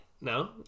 No